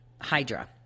Hydra